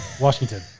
Washington